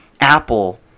Apple